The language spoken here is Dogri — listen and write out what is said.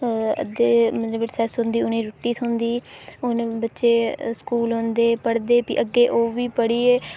ते मतलब जेल्लै रिसेस होंदी उ'नेंगी रुट्टी थ्होंदी ते ओह् बच्चे स्कूल औंदे पढ़दे ते ओह्बी पढ़ियै